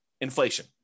Inflation